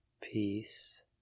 Peace